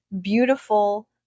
beautiful